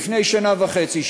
לפני שנה וחצי,